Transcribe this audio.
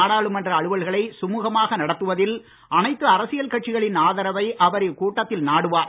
நாடாளுமன்ற அலுவல்களை சுமுகமாக நடத்துவதில் அனைத்து அரசியல் கட்சிகளின் ஆதரவை அவர் இக்கூட்டத்தில் நாடுவார்